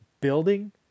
building